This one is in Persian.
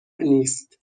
نیست